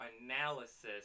analysis